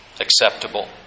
acceptable